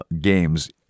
games